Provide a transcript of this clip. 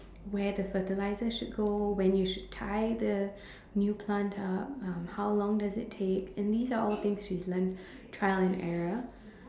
where the fertilizer should go when you should tie the new plant up um how long does it takes and these are all things she's learnt trial and error